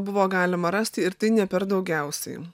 buvo galima rasti ir tai ne per daugiausiai